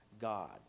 God